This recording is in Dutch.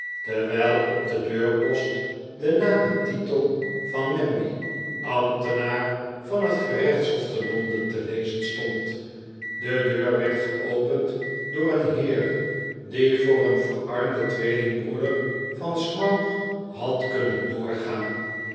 terwijl op den deurp'ost de naam en titel van namby ambtenaar van het gerechtshof te londen te lezen stond de deur werd geopend door een heer die voor een verarmden tweelingbroeder van smouch had kunnen doorgaan